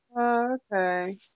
Okay